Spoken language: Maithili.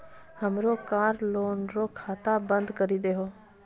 हमरो कार लोन रो खाता बंद करी दहो